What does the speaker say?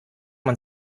man